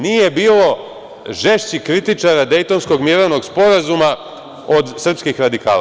Nije bilo žešćih kritičara Dejtonskog mirovnog sporazuma od srpskih radikala.